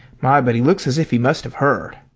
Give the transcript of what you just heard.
my, but he looks as if he must have heard!